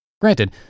Granted